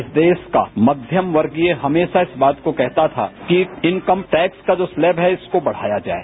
इस देश का फ़्यम वर्गीय हमेशा इस बात को कहता था कि इनकमटैक्स का जो स्लैव है इसको बढ़ाया जाये